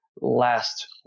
last